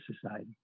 society